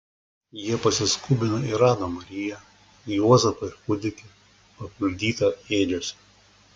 jie pasiskubino ir rado mariją juozapą ir kūdikį paguldytą ėdžiose